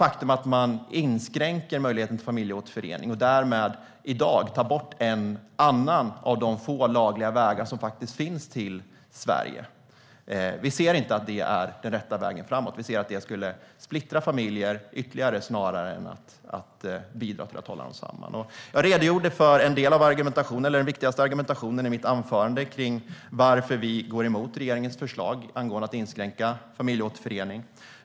Men att inskränka möjligheten till familjeåterförening och därmed ta bort en annan av de få lagliga vägar till Sverige som faktiskt finns ser vi inte som den rätta vägen framåt. Det skulle splittra familjer ytterligare snarare än bidra till att hålla dem samman. I mitt anförande redogjorde jag för den viktigaste argumentationen när det gäller varför vi går emot regeringens förslag om att inskränka familjeåterförening.